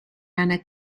einer